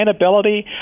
sustainability